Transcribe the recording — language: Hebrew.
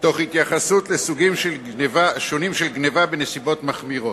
בהתייחסות לסוגים שונים של גנבה בנסיבות מחמירות.